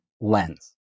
lens